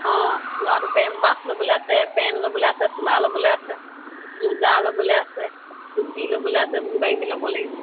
অঁ ল'ৰাটোৰ পেমপাছ ল'বলৈ আছে পেন্ট ল'বলৈ আছে চোলা ল'বলৈ আছে মোজা ল'বলৈ আছে টুপি ল'বলৈ আছে এইবোৰ কিবা কিবি ল'ব লাগিব